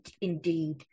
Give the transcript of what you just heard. indeed